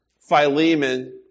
Philemon